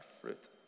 fruit